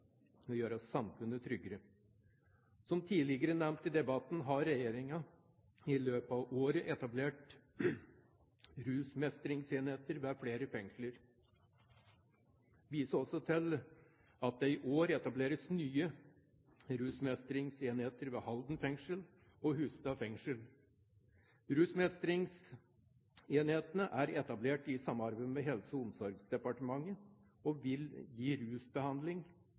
Å vinne kampen mot rusavhengighet er tvingende nødvendig for et bedre liv etter soning. Det vil forebygge ny kriminalitet og gjøre samfunnet tryggere. Som tidligere nevnt i debatten har regjeringen i løpet av året etablert rusmestringsenheter ved flere fengsler. Jeg viser også til at det i år etableres nye rusmestringsenheter ved Halden fengsel og Hustad fengsel. Rusmestringsenhetene er etablert